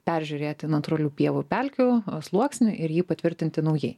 peržiūrėti natūralių pievų pelkių sluoksnį ir jį patvirtinti naujai